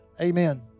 Amen